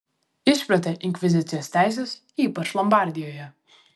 išplėtė inkvizicijos teises ypač lombardijoje